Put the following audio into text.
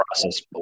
process